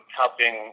helping